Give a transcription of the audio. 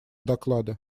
доклада